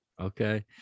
Okay